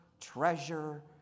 treasure